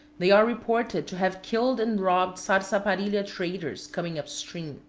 they are reported to have killed and robbed sarsaparilla traders coming up stream.